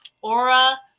aura